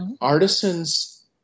artisans